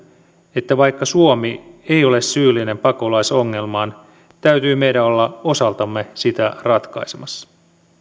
että vaikka suomi ei ole syyllinen pakolaisongelmaan täytyy meidän olla osaltamme sitä ratkaisemassa